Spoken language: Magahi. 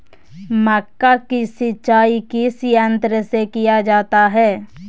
मक्का की सिंचाई किस यंत्र से किया जाता है?